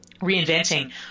reinventing